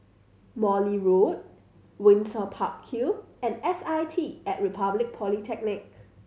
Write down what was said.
Morley Road Windsor Park Hill and S I T At Republic Polytechnic